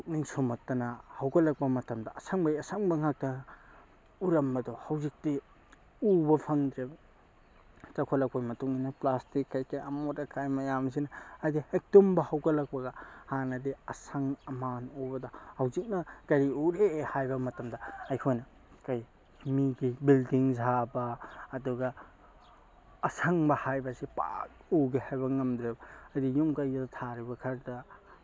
ꯄꯨꯛꯅꯤꯡ ꯁꯨꯝꯍꯠꯇꯅ ꯍꯧꯒꯠꯂꯛꯄ ꯃꯇꯝꯗ ꯑꯁꯪꯕꯒꯤ ꯑꯁꯪꯕ ꯉꯥꯛꯇ ꯎꯔꯝꯕꯗꯣ ꯍꯧꯖꯤꯛꯇꯤ ꯎꯕ ꯐꯪꯗ꯭ꯔꯦꯕ ꯆꯥꯎꯈꯠꯂꯛꯄꯒꯤ ꯃꯇꯨꯡꯏꯟꯅ ꯄ꯭ꯂꯥꯁꯇꯤꯛ ꯀꯩꯀꯩ ꯑꯃꯣꯠ ꯑꯀꯥꯏ ꯃꯌꯥꯝꯁꯤꯅ ꯍꯥꯏꯕꯗꯤ ꯍꯦꯛ ꯇꯨꯝꯕ ꯍꯧꯒꯠꯂꯛꯄꯒ ꯍꯥꯟꯅꯗꯤ ꯑꯁꯪ ꯑꯃꯥꯟ ꯎꯕꯗ ꯍꯧꯖꯤꯛꯅ ꯀꯩ ꯎꯒꯦ ꯍꯥꯏꯕ ꯃꯇꯝꯗ ꯑꯩꯈꯣꯏꯅ ꯀꯩ ꯃꯤꯒꯤ ꯕꯤꯜꯗꯤꯡ ꯁꯥꯕ ꯑꯗꯨꯒ ꯑꯁꯪꯕ ꯍꯥꯏꯕꯁꯦ ꯄꯥꯛ ꯎꯒꯦ ꯍꯥꯏꯕ ꯉꯝꯗ꯭ꯔꯦ ꯍꯥꯏꯕꯗꯤ ꯌꯨꯝ ꯀꯩꯗ ꯊꯥꯔꯤꯕ ꯈꯔꯗ